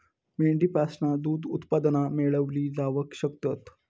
मेंढीपासना दूध उत्पादना मेळवली जावक शकतत